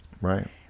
Right